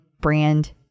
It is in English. brand